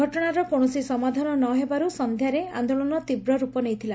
ଘଟଶାର କୌଶସି ସମାଧାନ ନ ହେବାରୁ ସନ୍ଧ୍ୟାରେ ଆନ୍ଦୋଳନ ତୀବ୍ର ରୂପ ନେଇଥିଲା